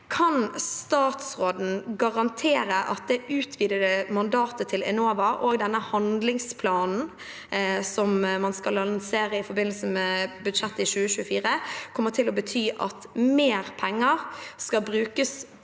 Kan statsråden garantere at det utvidede mandatet til Enova og denne handlingsplanen, som man skal lansere i forbindelse med budsjettet i 2024, kommer til å bety at mer penger skal brukes